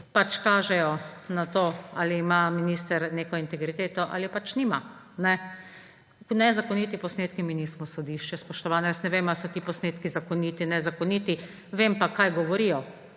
kažejo na to, ali ima minister neko integriteto ali je pač nima. »Nezakoniti posnetki«, »mi nismo sodišče« – spoštovani, jaz ne vem, ali so ti posnetki zakoniti, nezakoniti, vem pa, kaj govorijo.